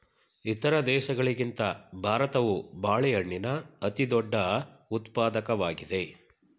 ಇತರ ದೇಶಗಳಿಗಿಂತ ಭಾರತವು ಬಾಳೆಹಣ್ಣಿನ ಅತಿದೊಡ್ಡ ಉತ್ಪಾದಕವಾಗಿದೆ